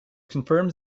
confirms